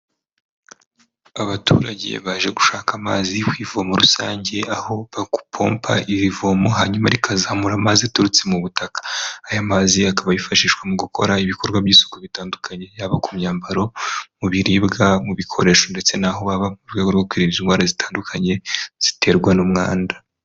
Abaturage baje gushaka amazi ku ivomo rusange aho bagupompa iri vomo hanyuma rikazamura amazi aturutse mu butaka. Aya mazi akaba yifashishwa mu gukora ibikorwa by'isuku bitandukanye, yaba ku myambaro, mu biribwa, mu bikoresho ndetse n'aho baba mu rwego rwo kwirinda indwara zitandukanye ziterwa n'umwanda.